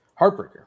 Heartbreaker